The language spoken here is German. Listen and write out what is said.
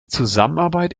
zusammenarbeit